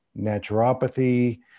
naturopathy